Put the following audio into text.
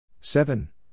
seven